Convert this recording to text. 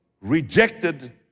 rejected